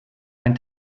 ein